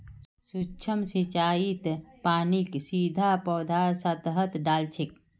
सूक्ष्म सिंचाईत पानीक सीधा पौधार सतहत डा ल छेक